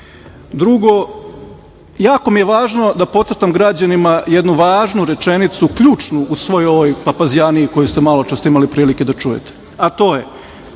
Abazi. Drugo, jako mi je važno da pocrtam građanima jednu važnu rečenicu, ključnu u svoj ovoj papazjaniji koju ste maločas imali prilike da čujete, a to je,